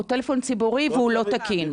הוא טלפון ציבורי והוא לא תקין?